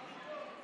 אני פה.